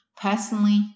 personally